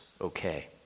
okay